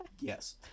yes